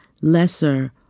Lesser